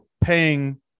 paying